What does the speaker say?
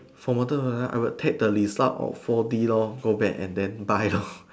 from modern to past I would take the result of four D lor go back and then buy lor